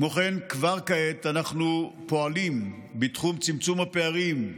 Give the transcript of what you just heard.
כמו כן, כבר כעת אנחנו פועלים בתחום צמצום הפערים,